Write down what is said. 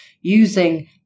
using